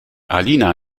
alina